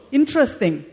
interesting